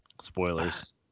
spoilers